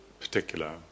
particular